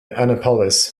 annapolis